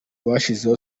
bashyizeho